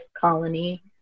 colony